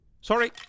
Sorry